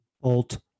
Bolt